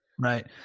Right